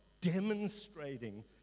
demonstrating